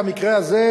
במקרה הזה,